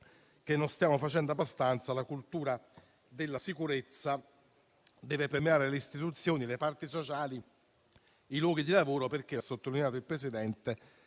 che non stiamo facendo abbastanza; la cultura della sicurezza deve permeare le istituzioni, le parti sociali, i luoghi di lavoro» perché, ha sottolineato il presidente,